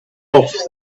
off